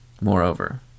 Moreover